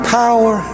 power